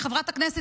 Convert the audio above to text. חברת הכנסת,